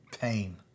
pain